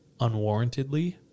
unwarrantedly